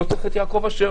לא צריך את יעקב אשר,